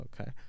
okay